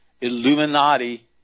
Illuminati